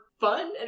fun